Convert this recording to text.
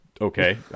Okay